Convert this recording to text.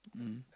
mm